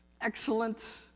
Excellent